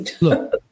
look